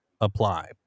apply